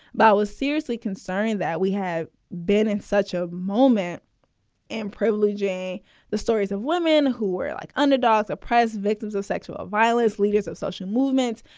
but was seriously concerned that we have been in such a moment and privilege. the stories of women who were like underdogs, oppressed. victims of sexual violence. leaders of social movements.